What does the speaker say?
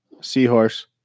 seahorse